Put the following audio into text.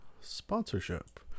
sponsorship